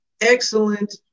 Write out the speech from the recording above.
excellent